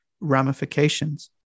ramifications